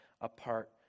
apart